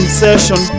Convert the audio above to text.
session